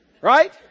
Right